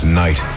night